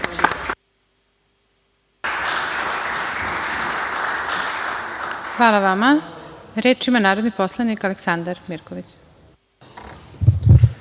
Hvala vama. Reč ima narodni poslanik Aleksandar Mirković.